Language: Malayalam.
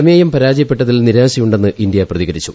പ്രമേയം പരാജയപ്പെട്ടതിൽ നിരാഴ്ശയുണ്ടെന്ന് ഇന്ത്യ പ്രതികരിച്ചു